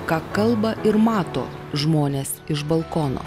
ką kalba ir mato žmonės iš balkono